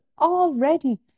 already